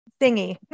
thingy